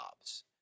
jobs